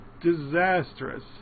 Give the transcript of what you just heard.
disastrous